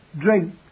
drink